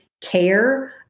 care